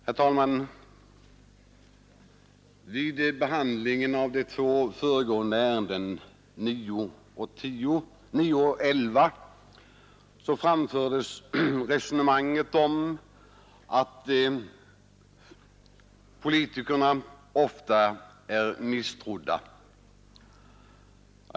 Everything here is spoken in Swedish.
Herr talman! Vid behandling av de två föregående ärendena från konstitutionsutskottet, nr 9 och 11, framfördes resonemanget om att politikerna ofta är misstrodda.